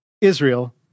Israel